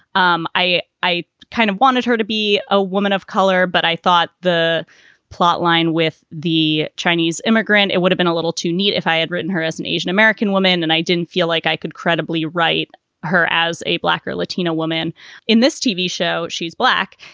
um i i kind of wanted her to be a woman of color. but i thought the plot line with the chinese immigrant, it would've been a little too neat if i had written her as an and asian-american woman and i didn't feel like i could credibly write her as a black or latino woman in this tv show. she's black.